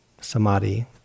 samadhi